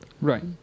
Right